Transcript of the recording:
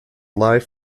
live